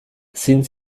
sind